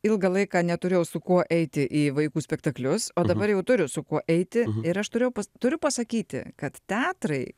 ilgą laiką neturėjau su kuo eiti į vaikų spektaklius o dabar jau turiu su kuo eiti ir aš turėjau turiu pasakyti kad teatrai